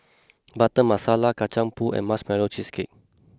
Butter Masala Kacang Pool and Marshmallow Cheesecake